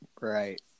Right